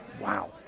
Wow